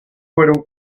fueron